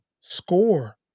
score